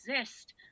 exist